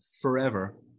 forever